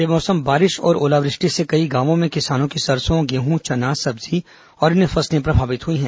बेमौसम बारिश और ओलावृष्टि से कई गांवों में किसानों की सरसों गेहूं चना सब्जी और अन्य फसलें प्रभावित हुई हैं